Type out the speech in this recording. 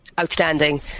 outstanding